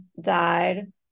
died